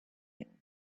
you